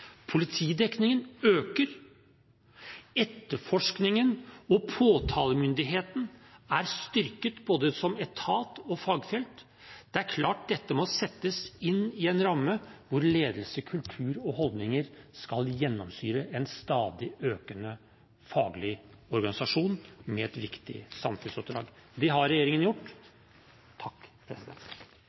Politidekningen øker, etterforskningen og påtalemyndigheten er styrket både som etat og fagfelt. Det er klart dette må settes inn i en ramme hvor ledelse, kultur og holdninger skal gjennomsyre en stadig økende faglig organisasjon med et viktig samfunnsoppdrag. Det har regjeringen gjort.